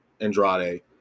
Andrade